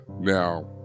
Now